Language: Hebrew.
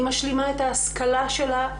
היא משלימה את ההשכלה שלה,